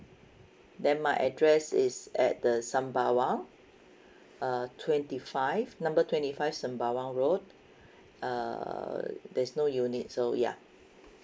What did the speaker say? then my address is at the sembawang uh twenty five number twenty five sembawang road err there's no unit so ya